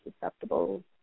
susceptible